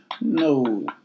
No